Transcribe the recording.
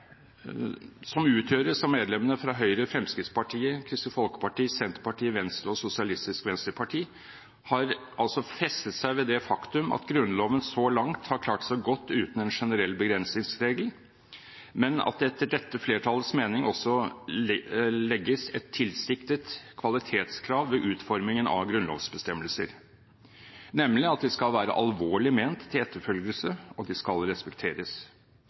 som utgjøres av medlemmene fra Høyre, Fremskrittspartiet, Kristelig Folkeparti, Senterpartiet, Venstre og Sosialistisk Venstreparti, har altså festet seg ved det faktum at Grunnloven så langt har klart seg godt uten en generell begrensningsregel, men at det etter dette flertallets mening også legges et tilsiktet kvalitetskrav ved utformingen av grunnlovsbestemmelser, nemlig at det skal være alvorlig ment til etterfølgelse, og de skal respekteres.